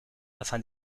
afin